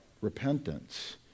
repentance